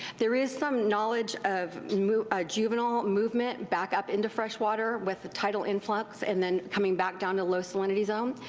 there is some knowledge of ah juvenile movement back up into fresh water with tidal influx and then coming back down to low salinity zone.